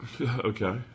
Okay